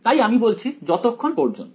তাই আমি বলছি যতক্ষণ পর্যন্ত